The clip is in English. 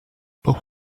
but